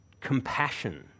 compassion